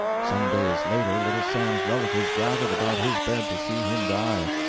some days later, little sam's relatives gathered about his bed to see him die.